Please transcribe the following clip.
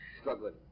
struggling